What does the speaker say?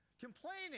Complaining